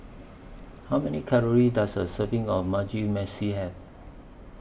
How Many Calories Does A Serving of Mugi Meshi Have